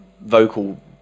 vocal